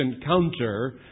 encounter